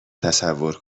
تصور